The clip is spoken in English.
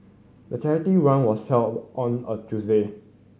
the charity run was held on a Tuesday